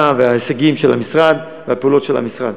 העבודה וההישגים של המשרד, והפעולות של המשרד.